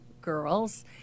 girls